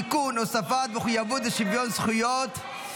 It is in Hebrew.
(תיקון, הוספת מחויבות לשוויון זכויות).